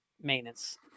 maintenance